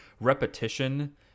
repetition